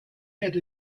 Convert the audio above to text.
had